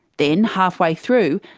then, halfway through,